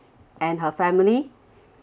and her family